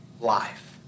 life